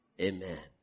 Amen